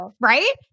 right